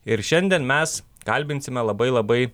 ir šiandien mes kalbinsime labai labai